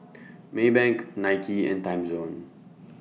Maybank Nike and Timezone